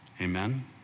amen